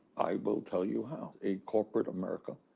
i will tell you how. a corporate america,